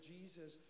Jesus